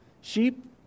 sheep